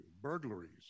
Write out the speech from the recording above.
burglaries